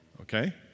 okay